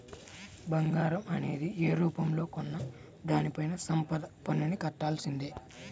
బంగారం అనేది యే రూపంలో కొన్నా దానిపైన సంపద పన్నుని కట్టాల్సిందే